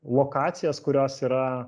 lokacijas kurios yra